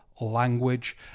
language